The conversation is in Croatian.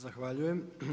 Zahvaljujem.